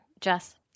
Jess